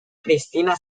cristina